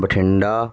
Bathinda